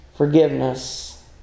Forgiveness